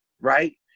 right